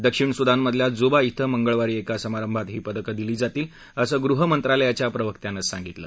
दक्षिण सुदानमधल्या जुबा श्री मंगळवारी एका समारंभात ही पदकं दिली जातील असं गृहमंत्रालयाच्या प्रवक्त्याने सांगितलं